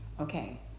Okay